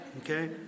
okay